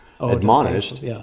admonished